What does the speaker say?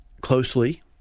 closely